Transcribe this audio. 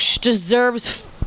deserves